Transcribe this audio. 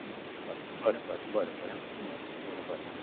बरें बरें बरें बरें आं बरें बरें बरें